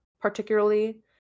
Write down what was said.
particularly